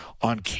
on